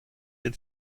den